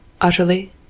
Utterly